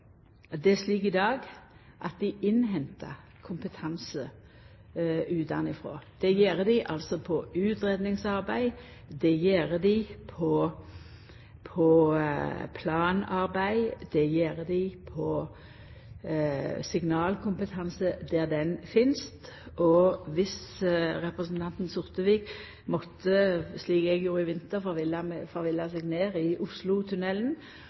innhentar kompetanse utanfrå. Det gjer dei på utgreiingsarbeid, det gjer dei på planarbeid, og det gjer dei på signalkompetanse, der det finst. Og dersom representanten Sortevik, slik eg gjorde i vinter, hadde forvilla seg ned i Oslotunnelen, ville han òg der, i